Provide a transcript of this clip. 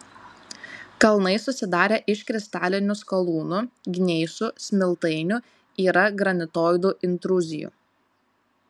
kalnai susidarę iš kristalinių skalūnų gneisų smiltainių yra granitoidų intruzijų